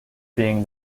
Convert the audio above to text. being